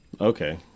Okay